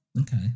Okay